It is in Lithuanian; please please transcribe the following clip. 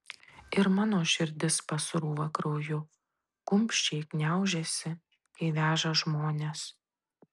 ir mano širdis pasrūva krauju kumščiai gniaužiasi kai veža žmones